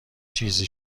چیز